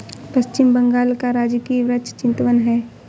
पश्चिम बंगाल का राजकीय वृक्ष चितवन है